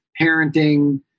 parenting